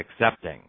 accepting